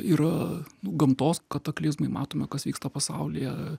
yra gamtos kataklizmai matome kas vyksta pasaulyje